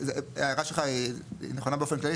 ההערה שלך היא נכונה באופן כללי,